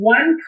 One